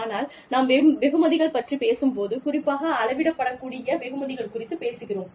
ஆனால் நாம் வெகுமதிகள் பற்றிப் பேசும் போது குறிப்பாக அவளவிடப்படக் கூடிய வெகுமதிகள் குறித்துப் பேசுகிறோம்